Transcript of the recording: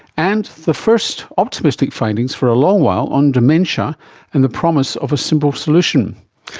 and the first optimistic findings for a long while on dementia and the promise of a simple solution.